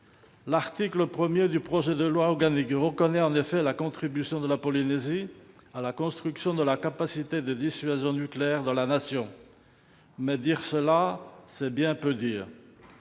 L'article 1 du projet de loi organique reconnaît en effet la contribution de la Polynésie à la construction de la capacité de dissuasion nucléaire de la Nation. Mais affirmer cela, c'est bien peu dire.